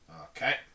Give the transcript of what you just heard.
Okay